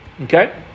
Okay